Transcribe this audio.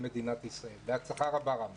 הייתי